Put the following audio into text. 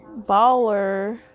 baller